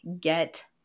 get